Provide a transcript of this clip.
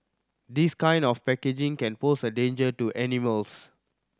this kind of packaging can pose a danger to animals